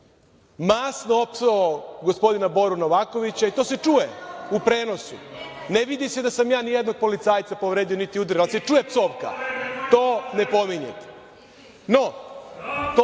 masno opsovao gospodina Boru Novakovića i to se čuje u prenosu. Ne vidi se da sam ja ni jednog policajca povredio, niti udario, ali se čuje psovka. To ne pominjete.No, to